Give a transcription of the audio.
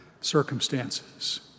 circumstances